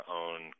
own